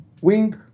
wing